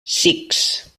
six